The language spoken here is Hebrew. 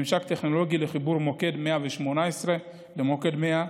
ממשק טכנולוגי לחיבור מוקד 118 למוקד 100,